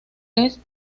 seis